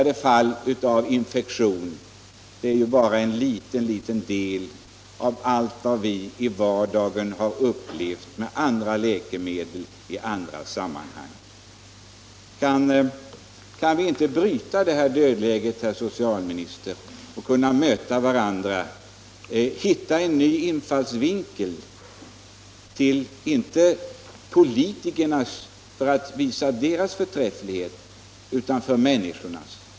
De fall av infektioner som inträffat är ändå en liten, liten del i förhållande till de fall som blivit följden av andra läkemedel. Kan vi, herr socialminister, inte bryta detta dödläge och möta varandra för att försöka hitta en ny infallsvinkel, inte för att bevisa politikernas förträfflighet utan för att vara till hjälp för människorna?